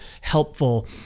helpful